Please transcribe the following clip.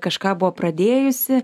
kažką buvo pradėjusi